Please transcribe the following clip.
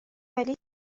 حالیت